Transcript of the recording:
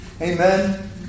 Amen